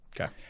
Okay